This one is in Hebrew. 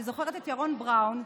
אני זוכרת את ירון בראון,